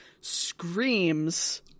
screams